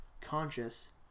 conscious